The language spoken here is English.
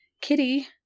Kitty